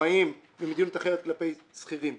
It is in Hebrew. העצמאים ומדיניות אחרת כלפי שכירים.